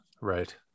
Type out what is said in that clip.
right